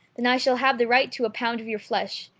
then i shall have the right to a pound of your flesh,